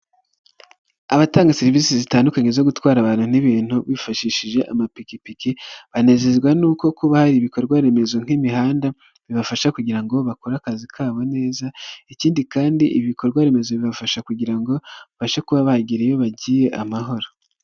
Abatanga serivisi zitandukanye zo gutwara abantu n'ibintu bifashishije amapikipiki, banezezwa nuko kuba hari ibikorwaremezo nk'imihanda bibafasha kugira ngo bakore akazi kabo neza, ikindi kandi ibikorwaremezo bibafasha kugira ngo babashe kuba bagira iyo bagiye amahoro.